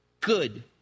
good